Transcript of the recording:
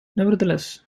nevertheless